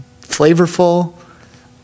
flavorful